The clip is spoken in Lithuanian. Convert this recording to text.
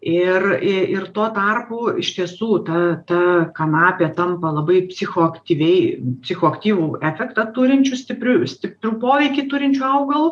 ir ir tuo tarpu iš tiesų ta ta kanapė tampa labai psichoaktyviai psichoaktyvų efektą turinčiu stipriu stiprų poveikį turinčiu augalu